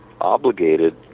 obligated